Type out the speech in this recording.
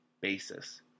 basis